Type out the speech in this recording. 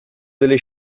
delle